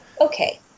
okay